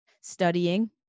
studying